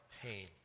pain